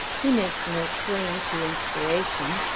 he makes no claim to inspiration.